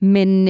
Men